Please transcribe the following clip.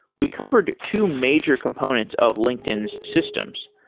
we covered two major components of linkedin's systems.